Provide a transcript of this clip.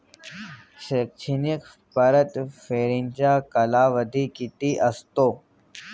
शैक्षणिक परतफेडीचा कालावधी किती असतो?